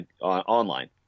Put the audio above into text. online